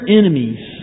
enemies